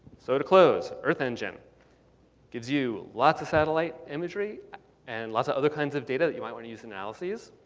so to close, earth engine gives you lots of satellite imagery and lots of other kinds of data that you might want to use in analyses,